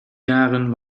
jaren